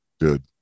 good